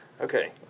Okay